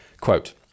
quote